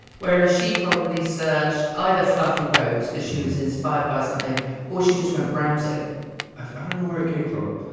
whereas she probably searched either fluffy robes because she was inspired by something or she just went browsing i don't know where it came from,